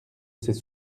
ces